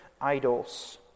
idols